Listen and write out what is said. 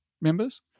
members